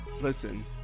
listen